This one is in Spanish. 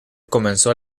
comenzó